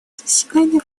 заседаний